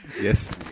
yes